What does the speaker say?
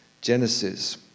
Genesis